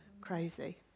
crazy